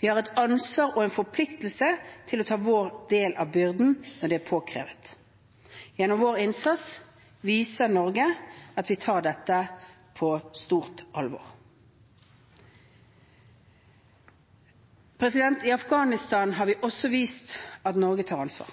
Vi har et ansvar og en forpliktelse til å ta vår del av byrden når det er påkrevet. Gjennom vår innsats viser Norge at vi tar dette på stort alvor. I Afghanistan har vi også vist at Norge tar ansvar.